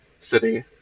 city